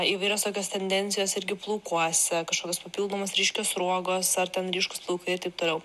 įvairios tokios tendencijos irgi plaukuose kažkokios papildomos ryškios sruogos ar ten ryškūs plaukai ir taip toliau